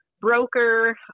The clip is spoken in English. broker